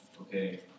okay